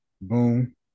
boom